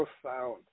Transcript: profound